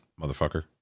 motherfucker